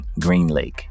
GreenLake